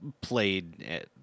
played